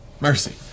Mercy